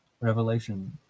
Revelation